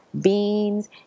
beans